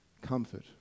comfort